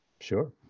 Sure